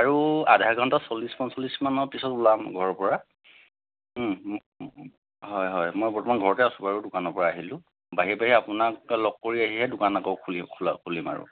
আৰু আধা ঘন্টা চল্লিছ পঞ্চলিছমানৰ পিছত উলাম ঘৰৰপৰা হয় হয় মই বৰ্তমান ঘৰতে আছো বাৰু দোকানৰপৰা আহিলোঁ বাহিৰে বাহিৰে আপোনাক লগ কৰি আহিহে দোকান আকৌ খুলিম খোলা খুলিম আৰু